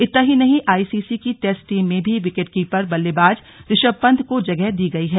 इतना ही नहीं आईसीसी की टेस्ट टीम में भी विकेटकीपर बल्लेबाज ऋषभ पंत को जगह दी गई है